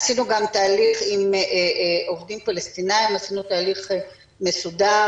עשינו גם תהליך עם עובדים פלסטינים תהליך מסודר